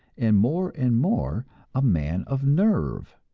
and more and more a man of nerve